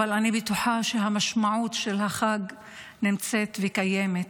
אבל אני בטוחה שהמשמעות של החג נמצאת וקיימת.